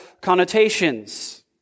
connotations